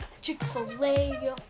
Chick-fil-A